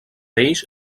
ells